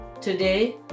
Today